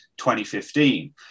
2015